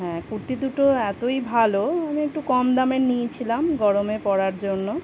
হ্যাঁ কুর্তি দুটো এতই ভালো আমি একটু কম দামের নিয়েছিলাম গরমে পরার জন্য